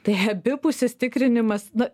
tai abipusis tikrinimas na